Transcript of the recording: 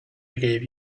gave